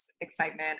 excitement